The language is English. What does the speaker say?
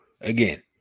again